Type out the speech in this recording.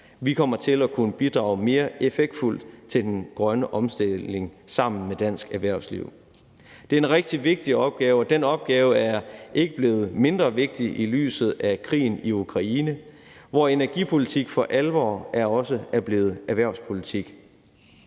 Vi kommer til at kunne bidrage mere effektfuldt til den grønne omstilling sammen med dansk erhvervsliv. Det er en rigtig vigtig opgave, og den opgave er ikke blevet mindre vigtig i lyset af krigen i Ukraine, hvor energipolitik for alvor også er blevet erhvervspolitik.